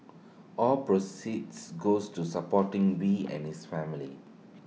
all proceeds goes to supporting wee and his wife